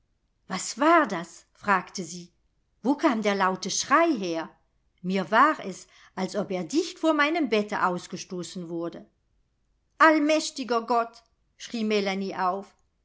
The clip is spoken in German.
was war das fragte sie wo kam der laute schrei her mir war es als ob er dicht vor meinem bette ausgestoßen wurde allmächtiger gott schrie melanie auf